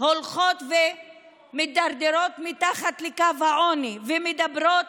הולכות ומידרדרות מתחת לקו העוני ומדברות